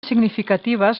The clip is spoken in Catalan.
significatives